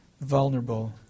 vulnerable